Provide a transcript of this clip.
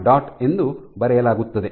dot ಎಂದು ಬರೆಯಲಾಗುತ್ತದೆ